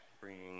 bringing